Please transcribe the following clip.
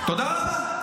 תודה רבה.